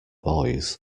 boys